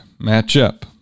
matchup